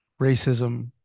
racism